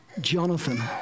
Jonathan